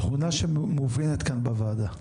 תכונה שמובנת כאן בוועדה.